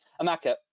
Amaka